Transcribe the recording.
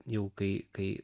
jau kai kai